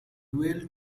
dual